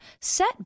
set